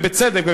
ובצדק,